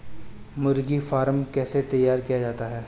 मुर्गी फार्म कैसे तैयार किया जाता है?